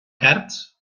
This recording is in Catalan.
cards